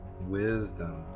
Wisdom